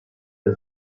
her